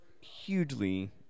hugely